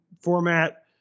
format